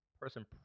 person